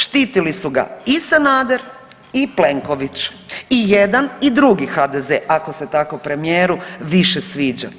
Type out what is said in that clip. Štitili su ga i Sanader i Plenković i jedan i drugi HDZ ako se tako premijeru više sviđa.